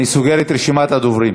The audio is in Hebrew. אני סוגר את רשימת הדוברים.